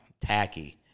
Tacky